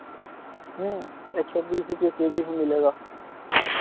एक सौ बीस रुपया के जी ही मिलेगा